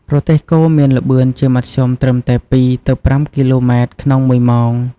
រទេះគោមានល្បឿនជាមធ្យមត្រឹមតែ ២ ទៅ ៥ គីឡូម៉ែត្រក្នុងមួយម៉ោង ។